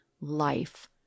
life